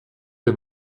der